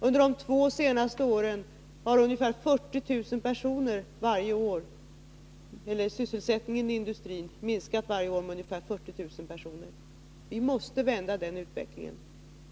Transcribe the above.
Under de två senaste åren har sysselsättningen i industrin minskat varje år med ungefär 40 000 anställda. Vi måste vända den utvecklingen.